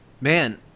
man